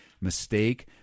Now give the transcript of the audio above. mistake